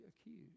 accused